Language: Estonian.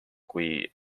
kui